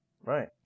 Right